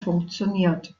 funktioniert